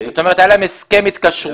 זאת אומרת היה להם הסכם התקשרויות,